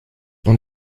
und